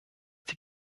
die